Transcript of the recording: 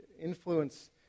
influence